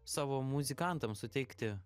savo muzikantam suteikti